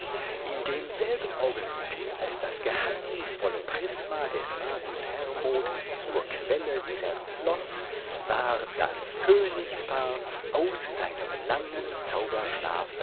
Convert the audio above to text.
in demselben augenblick als das geheimnisvolle prisma des magus hermod zur quelle zerfloß war das königspaar aus seinem langen